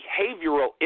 behavioral